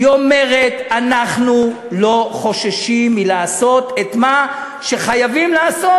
היא אומרת: אנחנו לא חוששים לעשות את מה שחייבים לעשות.